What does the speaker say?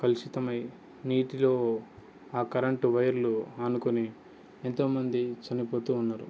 కలుషితమై నీటిలో ఆ కరెంట్ వైర్లు ఆనుకొని ఎంతోమంది చనిపోతూ ఉన్నారు